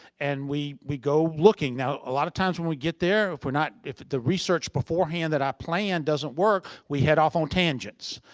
and we we go looking. now a lot of times when we get there, if we're not if the research beforehand that i planned doesn't work, we head off on tangents.